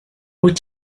wyt